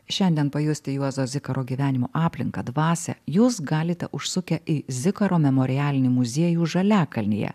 šiandien pajusti juozo zikaro gyvenimo aplinką dvasią jūs galite užsukę į zikaro memorialinį muziejų žaliakalnyje